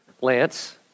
Lance